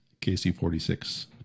KC-46